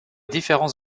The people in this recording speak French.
différents